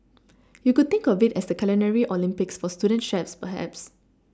you could think of it as the Culinary Olympics for student chefs perhaps